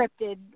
scripted